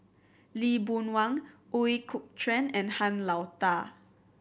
Lee Boon Wang Ooi Kok Chuen and Han Lao Da